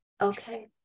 Okay